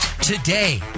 today